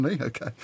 Okay